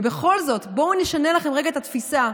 ובכל זאת, בואו נשנה לכם את התפיסה.